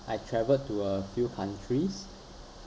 I travelled to a few countries